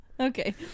Okay